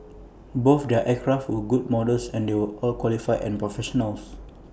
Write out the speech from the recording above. both their aircraft were good models and they will all qualified and professionals